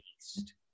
East